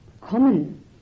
common